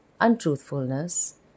Untruthfulness